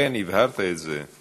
כן, הבהרת את זה.